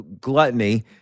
gluttony